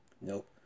Nope